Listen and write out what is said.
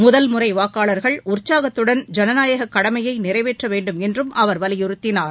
முதல்முறை வாக்காளா்கள் உற்சாகத்துடன் ஜனநாயகக் கடமையை நிறைவேற்ற வேண்டுமென்றும் அவர் வலியுறுத்தினார்